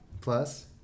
Plus